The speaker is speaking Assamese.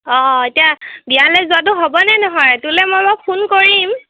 অঁ এতিয়া বিয়ালৈ যোৱাটো হ'ব নে নহয় তোলে মই বাৰু ফোন কৰিম